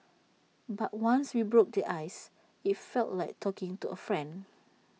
but once we broke the ice IT felt like talking to A friend